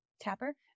tapper